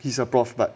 he's a prof but